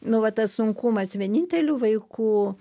nu va tas sunkumas vienintelių vaikų